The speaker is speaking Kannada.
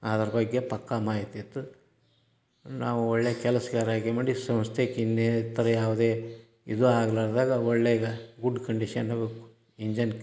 ಅದರ ಬಗ್ಗೆ ಪಕ್ಕಾ ಮಾಹಿತಿಯಿತ್ತು ನಾವು ಒಳ್ಳೆಯ ಕೆಲಸಗಾರ ಆಗಿ ಮಾಡಿ ಸಂಸ್ಥೆಗ್ ಇನ್ನಿತರ ಯಾವುದೇ ಇದು ಅಗ್ಲಾರ್ದಾಗೆ ಒಳ್ಳೆಯ ಈಗ ಗುಡ್ ಕಂಡೀಷನ್ದಾಗೆ ಇಂಜನ್ಗ್